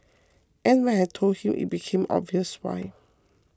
and when I told him it became obvious why